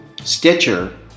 Stitcher